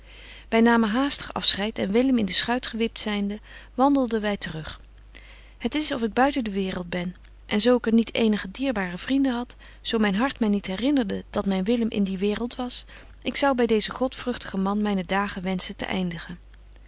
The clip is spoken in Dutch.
wy namen haastig afscheid en willem in de schuit gewipt zynde wandelden wy te rug het is of ik buiten de waereld ben en zo ik er niet eenige dierbare vrienden had zo myn hart my niet herinnerde dat myn willem in die waereld was ik zou by deezen godvruchtigen man myne dagen wenschen te eindigen